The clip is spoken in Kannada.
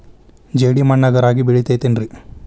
ಜೇಡಿ ಮಣ್ಣಾಗ ರಾಗಿ ಬೆಳಿತೈತೇನ್ರಿ?